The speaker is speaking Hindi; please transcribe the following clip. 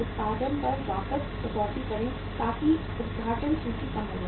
उत्पादन पर वापस कटौती करें ताकि उद्घाटन सूची कम हो जाए